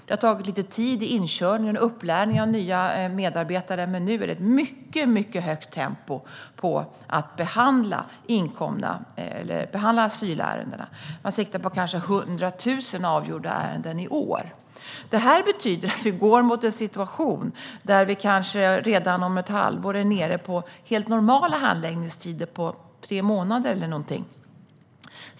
Det har tagit lite tid i inkörningen och upplärningen av nya medarbetare. Men nu är det ett mycket högt tempo i att behandla asylärenden, och man siktar på 100 000 avgjorda ärenden i år. Det betyder att vi går mot en situation där vi kanske redan om ett halvår är nere på normala handläggningstider på tre månader.